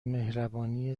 مهربانی